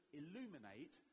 illuminate